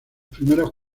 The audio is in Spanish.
primeros